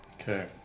Okay